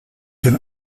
can